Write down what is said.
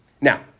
Now